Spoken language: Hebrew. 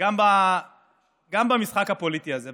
גם במשחק הפוליטי הזה.